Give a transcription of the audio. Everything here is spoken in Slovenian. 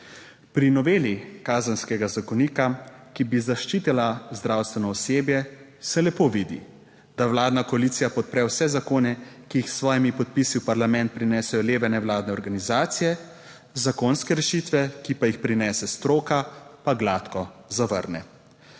Pri noveli Kazenskega zakonika, ki bi zaščitila zdravstveno osebje, se lepo vidi, da vladna koalicija podpre vse zakone, ki jih s svojimi podpisi v parlament prinesejo leve nevladne organizacije, zakonske rešitve, ki pa jih prinese stroka, pa gladko zavrne.